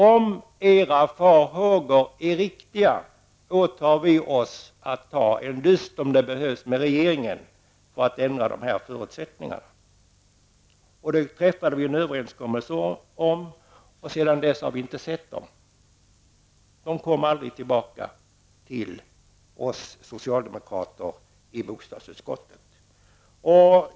Om deras farhågor var riktiga, åtog vi oss, om det behövdes, att ta en dust med regeringen för att nämna deras förutsättningar. Sedan dess har vi inte sett till dem, för de kom aldrig tillbaka till oss socialdemokrater i bostadsutskottet.